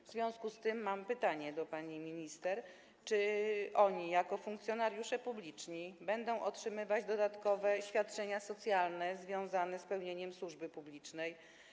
W związku z tym mam pytanie do pani minister: Czy oni jako funkcjonariusze publiczni będą otrzymywać dodatkowe świadczenia socjalne związane z pełnieniem służby publicznej?